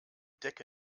decke